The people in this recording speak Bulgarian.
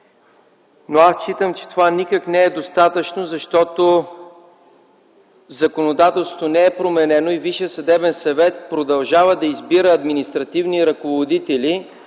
но аз считам, че това никак не е достатъчно, защото законодателството не е променено и Висшият съдебен съвет продължава да избира административни ръководители